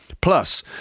Plus